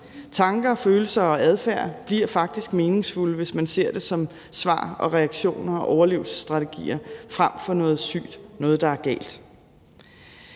Tanker, følelser og adfærd bliver faktisk meningsfulde, hvis man ser det som svar og reaktioner og overlevelsesstrategier frem for noget sygt, noget, der er galt.